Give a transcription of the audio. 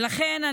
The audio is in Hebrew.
ולכן,